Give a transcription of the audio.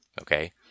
Okay